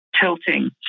tilting